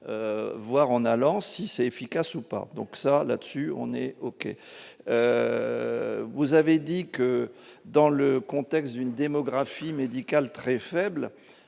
voir en allant si c'est efficace ou pas, donc ça là dessus, on est OK, vous avez dit que dans le contexte d'une démographie médicale très faible